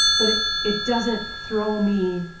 but it doesn't throw me